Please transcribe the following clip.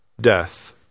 death